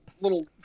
little